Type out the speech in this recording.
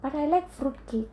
but I like fruitcake